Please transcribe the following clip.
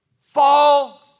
fall